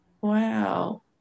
Wow